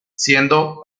siendo